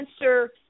answer